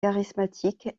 charismatique